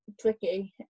tricky